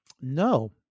No